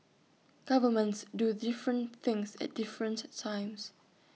governments do different things at different times